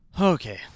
okay